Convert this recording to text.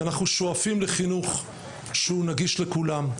כי אנחנו שואפים לחינוך שהוא נגיש לכולם,